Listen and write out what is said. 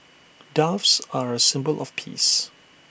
doves are A symbol of peace